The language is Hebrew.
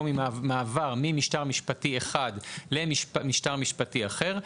או ממעבר ממשטר משפטי אחד למשטר משפטי אחר,